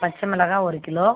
பச்சைமிளகா ஒரு கிலோ